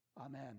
Amen